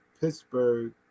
Pittsburgh